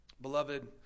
beloved